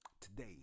Today